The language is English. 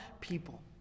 people